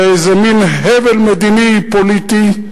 באיזה מין הבל מדיני פוליטי,